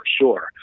sure